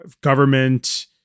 government